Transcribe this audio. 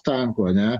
tankų ane